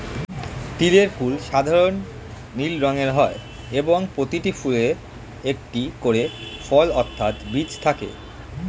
তিলের ফুল সাধারণ নীল রঙের হয় এবং প্রতিটি ফুলে একটি করে ফল অর্থাৎ বীজ থাকে